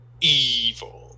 evil